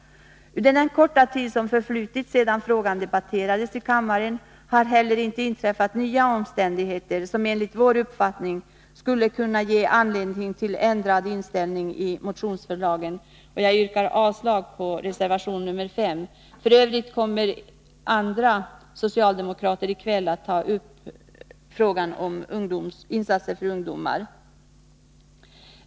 Under den korta tid som förflutit sedan frågan debatterades i kammaren har det inte heller inträffat nya omständigheter som enligt vår uppfattning skulle kunna ge anledning till en ändrad inställning till motionsförslagen. Jag yrkar avslag på reservation nr 5. F. ö. kommer andra socialdemokrater att i kväll ta upp frågan om insatser för ungdomar.